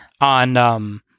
On